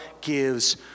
gives